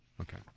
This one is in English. Okay